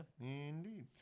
Indeed